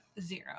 zero